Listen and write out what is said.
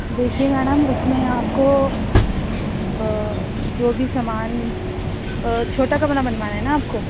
دیکھیے میڈم اس میں آپ کو جو بھی سامان چھوٹا کمرہ بنوانا ہے نا آپ کو